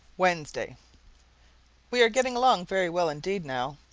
wednesday we are getting along very well indeed, now,